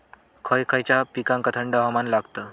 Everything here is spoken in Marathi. खय खयच्या पिकांका थंड हवामान लागतं?